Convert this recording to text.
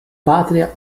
patria